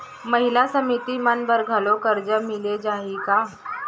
महिला समिति मन बर घलो करजा मिले जाही का?